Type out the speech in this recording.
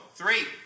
three